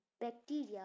bacteria